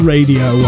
Radio